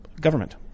government